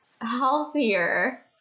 healthier